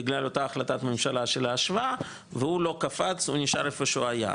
בגלל אותה החלטת ממשלה של ההשוואה והוא לא קפץ ונשאר איפה שהוא היה,